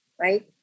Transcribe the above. right